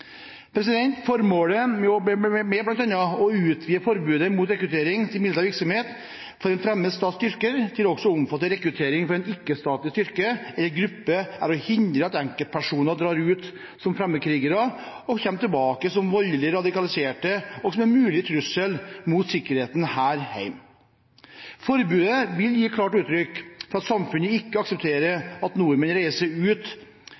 Formålet med bl.a. å utvide forbudet mot rekruttering til militær virksomhet for en fremmed stats styrker til også å omfatte rekruttering til en ikke-statlig styrke eller gruppe er å hindre at enkeltpersoner drar ut som fremmedkrigere og kommer tilbake som voldelige radikaliserte og som en mulig trussel mot sikkerheten her hjemme. Forbudet vil gi klart uttrykk for at samfunnet ikke